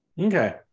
okay